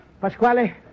Pasquale